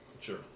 Sure